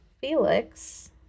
Felix